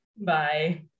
Bye